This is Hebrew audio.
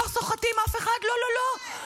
לא סוחטים אף אחד, לא לא לא.